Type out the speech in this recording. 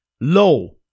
Low